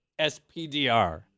SPDR